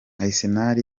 arsenal